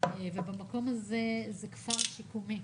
והמקום זה כפר שיקומי.